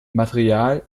material